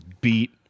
beat